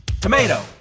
tomato